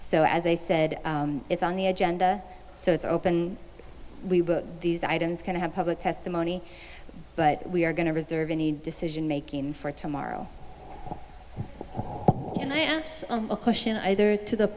so as they said it's on the agenda so it's open we will these items can have public testimony but we are going to reserve any decision making for tomorrow and i ask a question either to the